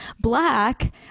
Black